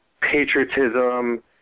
patriotism